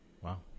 Wow